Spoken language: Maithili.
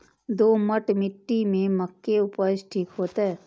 दोमट मिट्टी में मक्के उपज ठीक होते?